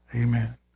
Amen